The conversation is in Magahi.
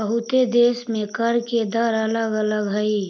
बहुते देश में कर के दर अलग अलग हई